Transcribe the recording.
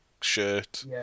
shirt